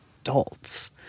adults